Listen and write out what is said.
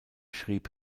schrieb